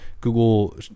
Google